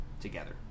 together